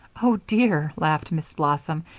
oh, dear, laughed miss blossom,